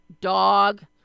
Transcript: dog